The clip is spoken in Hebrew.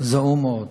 זעום מאוד,